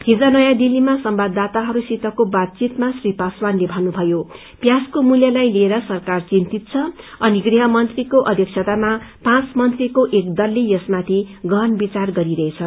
हिज नयौं दिल्लीमा संवाददाताहस्रसितक्रो बातचितमा श्री पासवानले भन्नुभयो प्याजको मूल्यलाई लिएर सरक्वर चिन्तित छ अनि गृहमन्त्रीको अध्यक्षतामा पाँच मन्त्रीका एक दलले यसमाथि गहन विचार गरिरहेछ